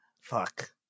Fuck